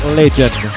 legend